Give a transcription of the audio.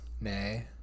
Nay